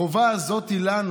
החובה הזאת לנו